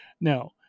Now